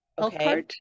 Okay